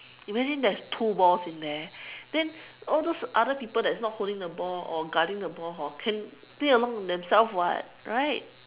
imagine there is two balls in there then all those other people that's not holding the ball or guarding the ball hor can play along with themselves [what] right